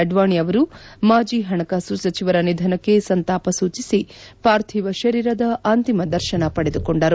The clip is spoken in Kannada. ಅಡ್ವಾಣಿ ಅವರು ಮಾಜಿ ಪಣಕಾಸು ಸಚಿವರ ನಿಧನಕ್ಕೆ ಸಂತಾಪ ಸೂಚಿಸಿ ಪಾರ್ಧೀವ ಶರೀರದ ಅಂತಿಮ ದರ್ಶನ ಪಡೆದುಕೊಂಡರು